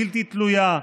בלתי תלויה,